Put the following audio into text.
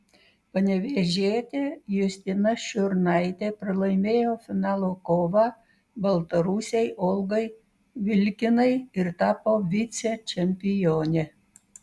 panevėžietė justina šiurnaitė pralaimėjo finalo kovą baltarusei olgai vilkinai ir tapo vicečempione